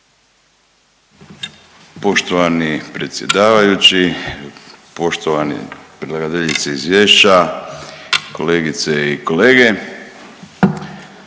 Poštovani predsjedavajući, poštovani predlagateljice izvješća, kolegice i kolege.